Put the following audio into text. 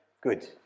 Good